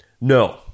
no